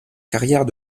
carrière